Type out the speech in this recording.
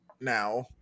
now